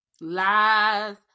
lies